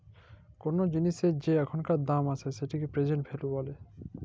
call জিলিসের যে এখানকার দাম আসে সেটিকে প্রেজেন্ট ভ্যালু ব্যলে